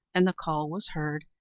and the call was heard,